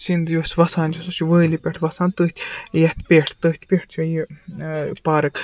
سِنٛد یۄس وَسان چھِ سُہ چھِ وٲلہِ پٮ۪ٹھ وَسان تٔتھۍ یَتھ پٮ۪ٹھ تٔتھۍ پٮ۪ٹھ چھِ یہِ پارَک